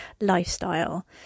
lifestyle